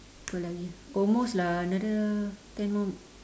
apa lagi almost lah another ten more